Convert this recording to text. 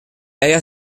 ella